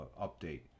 update